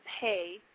pay